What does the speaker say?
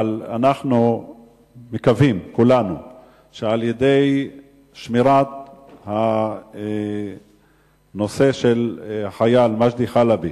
אבל אנחנו מקווים כולנו שעל-ידי שמירת הנושא של החייל מג'די חלבי,